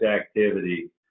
activity